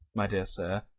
my dear sir,